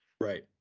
Right